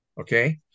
okay